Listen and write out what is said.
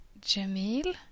Jamil